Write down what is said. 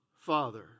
Father